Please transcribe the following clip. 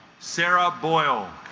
sarah boiled